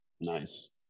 Nice